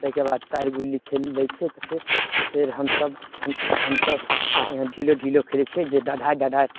तैके बाद टायर गुल्ली खेल लै छियै तऽ फेर फेर हमसभ हम हमसभ ढिल्लो ढिल्लो खेलय छियै जे डढ़ाइ डढ़ाइ